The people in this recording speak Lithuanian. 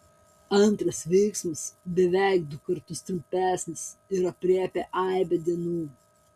antras veiksmas beveik du kartus trumpesnis ir aprėpia aibę dienų